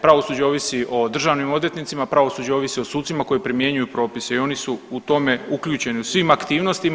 Pravosuđe ovisi o državnim odvjetnicima, pravosuđe ovisi o sucima koji primjenjuju propise i oni su u tome uključeni u svim aktivnostima.